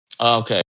Okay